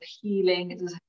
healing